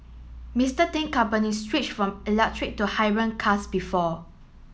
Mister Ting company switched from electric to cars before